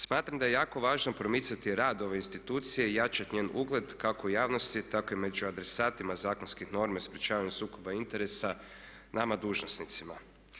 Smatram da je jako važno promicati rad ove institucije i jačati njen ugled kako u javnosti tako i među adresatima zakonskih normi o sprječavanju sukoba interesa nama dužnosnicima.